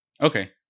Okay